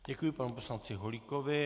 Děkuji panu poslanci Holíkovi.